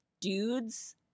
dudes